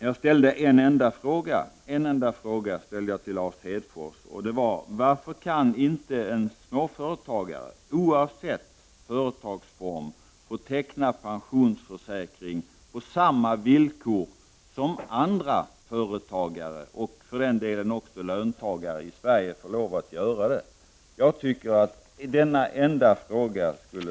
Jag ställde en enda fråga till Lars Hedfors, som han skulle kunna besvara: Varför kan inte en småföretagare, oavsett företagsform, få teckna pensions försäkring på samma villkor som andra företagare och för den delen också löntagare i Sverige?